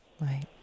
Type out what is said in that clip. Right